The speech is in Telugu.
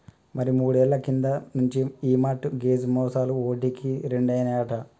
మరి మూడేళ్ల కింది నుంచి ఈ మార్ట్ గేజ్ మోసాలు ఓటికి రెండైనాయట